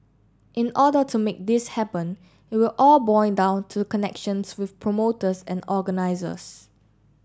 in order to make this happen it will all boil down to connections with promoters and organisers